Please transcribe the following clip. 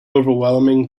overwhelming